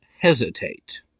hesitate